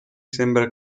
sembra